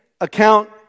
account